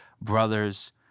brothers